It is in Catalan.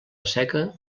seca